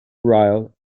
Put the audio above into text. ryle